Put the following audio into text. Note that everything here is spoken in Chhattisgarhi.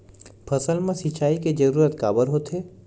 फसल मा सिंचाई के जरूरत काबर होथे?